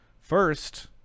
first